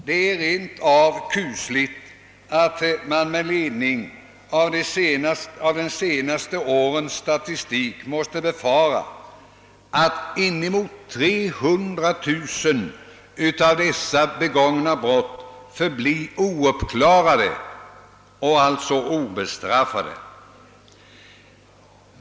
Det är rent av kusligt att man med ledning av de senaste årens statistik måste befara, att inemot 300 000 av dessa begångna brott förblir ouppklarade och brottslingarna obestraffade.